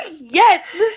yes